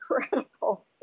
incredible